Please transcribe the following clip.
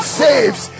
saves